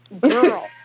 girl